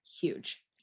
Huge